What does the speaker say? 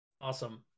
Awesome